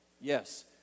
Yes